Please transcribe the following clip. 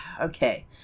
okay